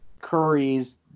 curries